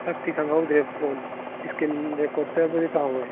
ꯁꯛꯇꯤ ꯈꯪꯍꯧꯗ꯭ꯔꯦ phone screen ꯔꯦꯀꯣꯔꯇꯔꯕꯨꯗꯤ ꯂꯩꯍꯧꯏ